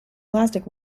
plastic